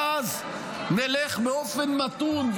ואז נלך באופן מתון,